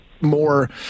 more